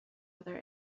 other